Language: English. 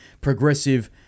progressive